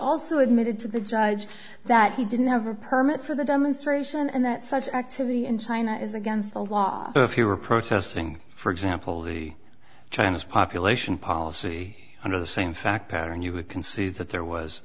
also admitted to the judge that he did never permit for the demonstration and that such activity in china is against the law but if he were protesting for example the china's population policy under the same fact pattern you would concede that there was